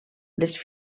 les